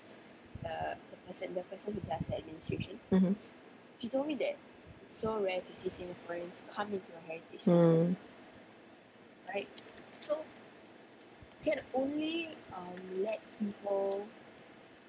mmhmm hmm